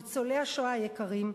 ניצולי השואה היקרים,